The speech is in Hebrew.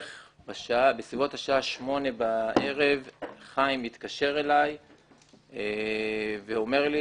בסביבות השעה 20:00 בערב חיים התקשר אלי ואמר לי